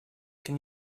can